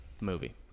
Movie